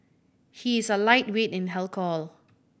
he is a lightweight in alcohol